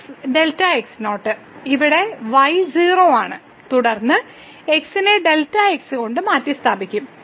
ഇവിടെ y 0 ആണ് തുടർന്ന് x നെ Δx കൊണ്ട് മാറ്റിസ്ഥാപിക്കും